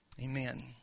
Amen